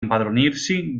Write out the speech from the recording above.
impadronirsi